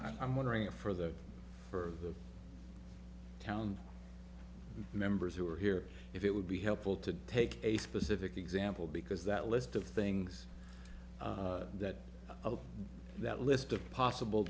i'm wondering for the for the town members who are here if it would be helpful to take a specific example because that list of things that that list of possible